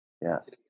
Yes